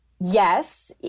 yes